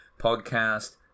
Podcast